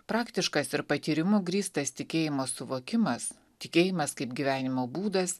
praktiškas ir patyrimu grįstas tikėjimo suvokimas tikėjimas kaip gyvenimo būdas